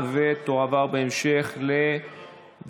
(תיקון מס' 76) (הגבלות מוסכמות על שירות תקשורת וציוד תקשורת),